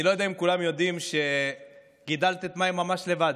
אני לא יודע אם כולם יודעים שגידלת את מאי ממש לבד,